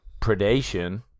predation